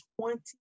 twenty